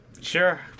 Sure